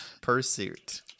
Pursuit